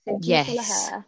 Yes